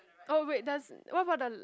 oh wait does what about the